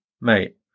mate